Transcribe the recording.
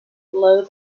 below